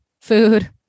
food